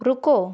रुको